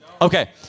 Okay